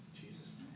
Jesus